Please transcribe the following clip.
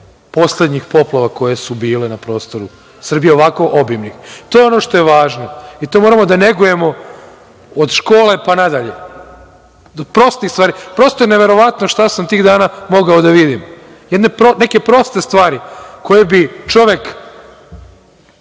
poslednjih poplava koje su bile na prostoru Srbije, a ovako obimnih. To je ono što je važno i to moramo da negujemo od škole pa na dalje. Prosto je neverovatno šta sam tih dana mogao da vidim. Neke proste stvari, koje bi čovek